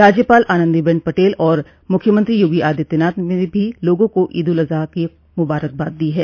राज्यपाल आनंदीबेन पटेल और मुख्यमंत्री योगी आदित्यनाथ ने भी लोगों को ईद उल अजहा की मुबारकबाद दी है